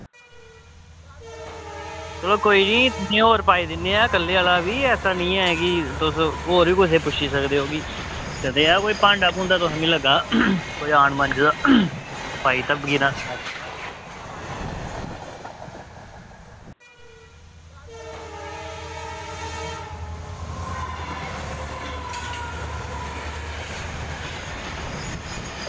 चलो कोई निं इयां होर पाई दिन्ने आं कल्लै आह्ला बी ऐसा निं ऐ कि तुस होर बी कुसै पुच्छी सकदे ओ कदेहा कोई भांडा भूंडा तुसें मिगी लग्गा दा कोई अनमांजे दा पाई दित्ता